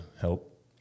help